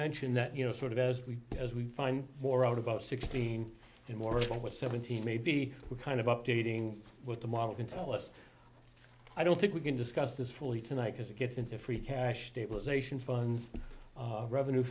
mentioned that you know sort of as we as we find more out about sixteen and more what seventeen may be we kind of updating what the model can tell us i don't think we can discuss this fully tonight because it gets into free cash stabilization funds revenue